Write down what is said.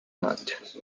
markt